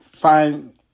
find